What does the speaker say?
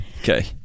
okay